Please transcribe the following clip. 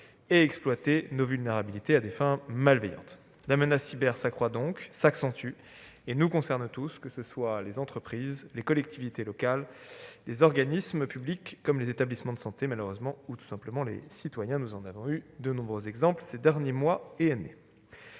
et exploiter nos vulnérabilités à des fins malveillantes. La menace cyber s'accroît, s'accentue et nous concerne tous, qu'il s'agisse des entreprises, des collectivités locales, des organismes publics comme des établissements de santé ou tout simplement des citoyens. Nous en avons eu de nombreux exemples ces derniers mois et années.